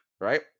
right